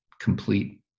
complete